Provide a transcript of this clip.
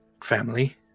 family